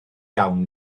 iawn